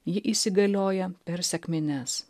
ji įsigalioja per sekmines